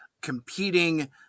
competing